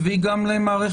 הביא גם למערכת